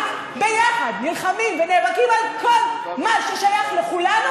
שביחד נלחמים ונאבקים על כל מה ששייך לכולנו,